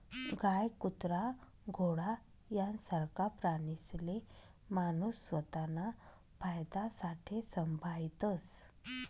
गाय, कुत्रा, घोडा यासारखा प्राणीसले माणूस स्वताना फायदासाठे संभायस